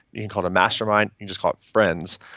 you can call it a mastermind, you just call it friends,